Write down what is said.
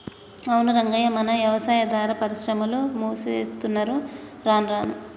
అవును రంగయ్య మన యవసాయాదార పరిశ్రమలు మూసేత్తున్నరు రానురాను